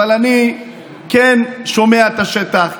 אבל אני כן שומע את השטח,